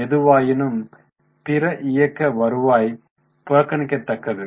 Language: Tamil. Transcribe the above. எதுவாயினும் பிற இயக்க வருவாய் புறக்கணிக்கத்தக்கது